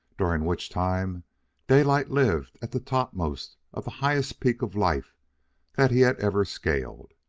during which time daylight lived at the topmost of the highest peak of life that he had ever scaled.